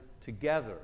together